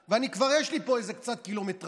וכבר יש לי פה איזה קצת קילומטרז'.